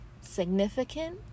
significant